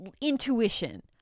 intuition